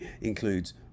includes